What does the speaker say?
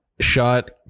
shot